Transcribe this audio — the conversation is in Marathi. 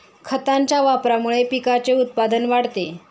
खतांच्या वापरामुळे पिकाचे उत्पादन वाढते